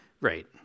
Right